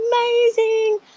amazing